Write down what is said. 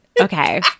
okay